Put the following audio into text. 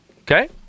okay